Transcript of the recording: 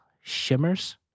Shimmers